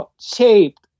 shaped